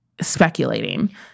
speculating